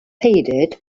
headed